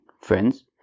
Friends